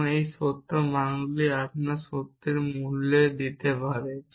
এবং এই সত্য মানগুলি আপনাকে সত্যের মূল্য দিতে পারে